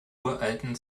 uralten